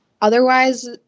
otherwise